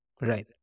Right